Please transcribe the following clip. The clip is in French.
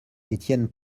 étienne